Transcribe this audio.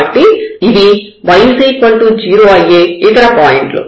కాబట్టి ఇవి y 0 అయ్యే ఇతర పాయింట్లు